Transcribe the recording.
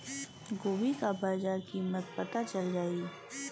गोभी का बाजार कीमत पता चल जाई?